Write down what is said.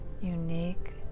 unique